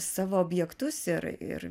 savo objektus ir ir